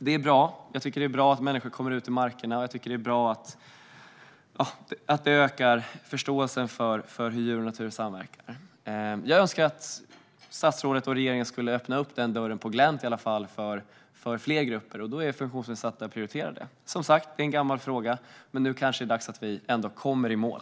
Jag tycker att det är bra att människor kommer ut i markerna, och jag tycker att det är bra att det ökar förståelsen för hur djur och natur samverkar. Jag skulle önska att statsrådet och regeringen i alla fall öppnade dörren på glänt för fler grupper, och då är funktionsnedsatta prioriterade. Detta är som sagt en gammal fråga, men nu kanske det är dags att vi ändå kommer i mål.